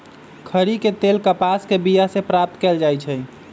खरि के तेल कपास के बिया से प्राप्त कएल जाइ छइ